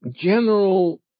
general